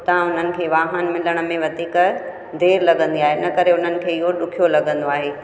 हुतां हुननि खे वाहन मिलण में वधीक देरि लॻंदी आहे हिन करे हुननि खे इहो ॾुखियो लॻंदो आहे